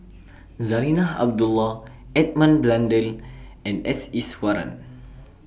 Zarinah Abdullah Edmund Blundell and S Iswaran